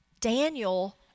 Daniel